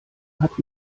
hat